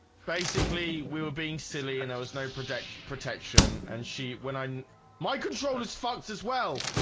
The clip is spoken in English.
basically, we were being silly and there was no protection protection and she when i my control is fucked as well,